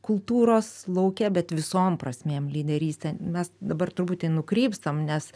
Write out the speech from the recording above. kultūros lauke bet visom prasmėm lyderystę mes dabar truputį nukrypstam nes